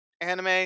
anime